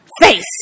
face